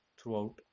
throughout